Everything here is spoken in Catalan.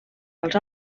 als